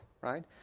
right